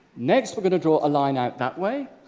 next, we're gonna draw a line at that way